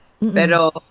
pero